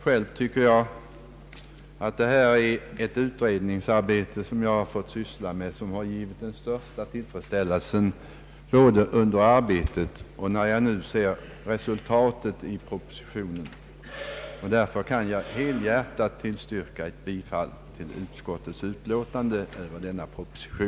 Själv tycker jag att detta utredningsarbete som jag har fått syssla med har gett den största tillfredsställelse både under arbetet och när jag nu ser resultatet i propositionen. Därför kan jag helhjärtat tillstyrka ett bifall till utskottets förslag.